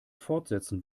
fortsetzen